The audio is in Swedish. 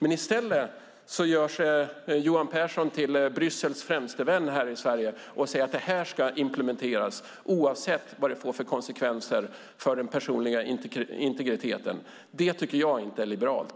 I stället gör sig Johan Pehrson till Bryssels främste vän här i Sverige och säger att det ska implementeras oavsett vad det får för konsekvenser för den personliga integriteten. Det tycker jag inte är liberalt.